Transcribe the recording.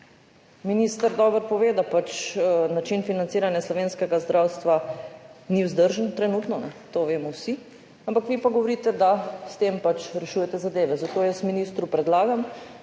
Minister dobro pove, da način financiranja slovenskega zdravstva trenutno ni vzdržen, to vemo vsi, vi pa govorite, da s tem pač rešujete zadeve. Zato ministru predlagam,